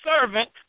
servant